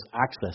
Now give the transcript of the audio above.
access